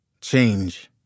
change